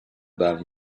ban